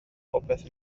popeth